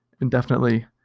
indefinitely